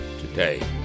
today